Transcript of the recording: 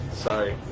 sorry